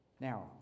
Now